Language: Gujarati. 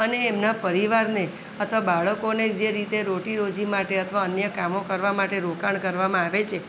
અને એમના પરિવારને અથવા બાળકોને જે રીતે રોટી રોજી માટે અથવા અન્ય કામો કરવા માટે રોકાણ કરવામાં આવે છે